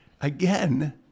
again